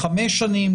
לחמש שנים,